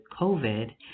COVID